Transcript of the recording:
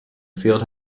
field